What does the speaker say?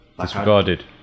Disregarded